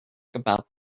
about